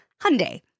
Hyundai